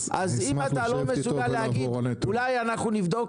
אז אם אתה לא מסוגל להגיד 'אולי אנחנו נבדוק